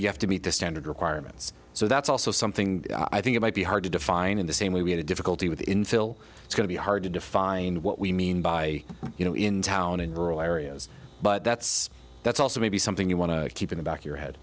you have to meet the standard requirements so that's also something i think it might be hard to define in the same way we had a difficulty with infill it's going to be hard to define what we mean by you know in town in rural areas but that's that's also maybe something you want to keep in the back your head